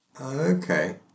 Okay